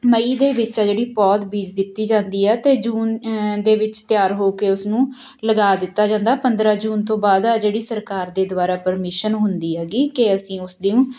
ਮਈ ਦੇ ਵਿੱਚ ਆ ਜਿਹੜੀ ਪੌਧ ਬੀਜ ਦਿੱਤੀ ਜਾਂਦੀ ਹੈ ਅਤੇ ਜੂਨ ਦੇ ਵਿੱਚ ਤਿਆਰ ਹੋ ਕੇ ਉਸਨੂੰ ਲਗਾ ਦਿੱਤਾ ਜਾਂਦਾ ਪੰਦਰਾਂ ਜੂਨ ਤੋਂ ਬਾਅਦ ਆ ਜਿਹੜੀ ਸਰਕਾਰ ਦੇ ਦੁਆਰਾ ਪਰਮਿਸ਼ਨ ਹੁੰਦੀ ਹੈਗੀ ਕਿ ਅਸੀਂ ਉਸ ਨੂੰ